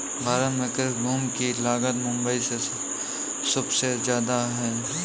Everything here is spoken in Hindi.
भारत में कृषि भूमि की लागत मुबई में सुबसे जादा है